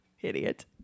idiot